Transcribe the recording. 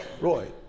Roy